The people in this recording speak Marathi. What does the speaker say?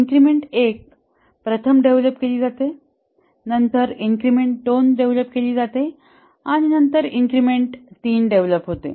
इन्क्रिमेंट 1 प्रथम डेव्हलप केली जाते नंतर इन्क्रिमेंट 2 डेव्हलप केली जाते नंतर इन्क्रिमेंट 3 डेव्हलप होते